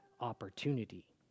opportunity